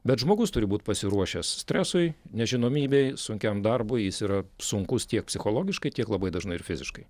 bet žmogus turi būt pasiruošęs stresui nežinomybei sunkiam darbui jis yra sunkus tiek psichologiškai tiek labai dažnai ir fiziškai